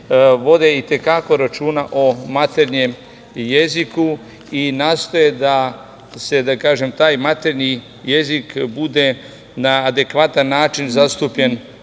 vode i te kako računa o maternjem jeziku i nastoje da taj maternji jezik bude na adekvatan način zastupljen